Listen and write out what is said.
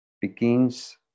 begins